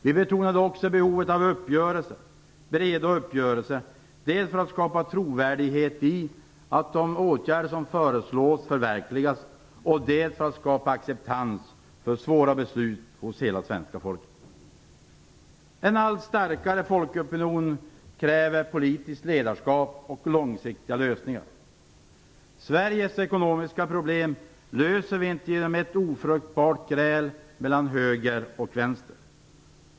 Vi betonade också behovet av breda uppgörelser, dels för att skapa trovärdighet för att de åtgärder som föreslås förverkligas, dels för att skapa acceptans för svåra beslut hos hela det svenska folket. En allt starkare folkopinion kräver politiskt ledarskap och långsiktiga lösningar. Sveriges ekonomiska problem löser vi inte genom ett ofruktbart gräl mellan höger och vänster.